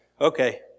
Okay